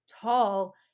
tall